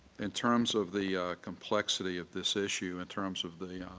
in terms of the complexity of this issue in terms of the